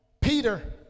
Peter